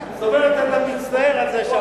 זאת אומרת, עכשיו אתה מצטער על מה שאמרת לי.